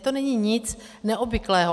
To není nic neobvyklého.